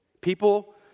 People